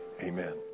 Amen